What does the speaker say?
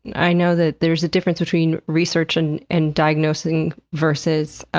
i know that there's a difference between research and and diagnosing versus